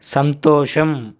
సంతోషం